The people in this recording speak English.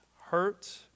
hurt